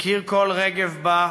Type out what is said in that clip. הכיר כל רגב בה,